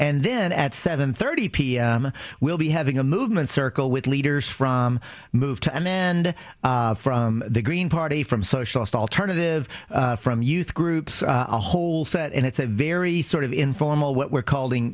and then at seven thirty pm we'll be having a movement circle with leaders from move to amanda from the green party from socialist alternative from youth groups a whole set and it's a very sort of informal what we're calling